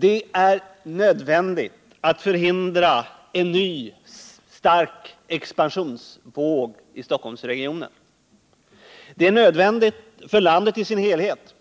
Det är nödvändigt att förhindra en ny stark expansionsvåg i Stockholmsregionen. Det är nödvändigt för landet i dess helhet,